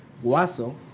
Guaso